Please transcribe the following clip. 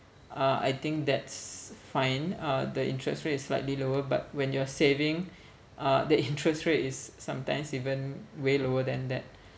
uh I think that's fine uh the interest rate is slightly lower but when you're saving uh the interest rate is sometimes even way lower than that